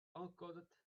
encode